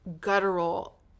guttural